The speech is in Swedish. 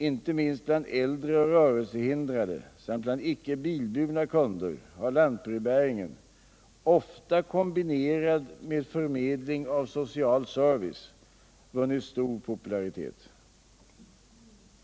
Inte minst bland äldre och rörelsehindrade samt bland icke bilburna kunder har lantbrevbäringen — ofta kombinerad med förmedling av social service - vunnit stor popularitet.